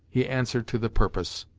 he answered to the purpose.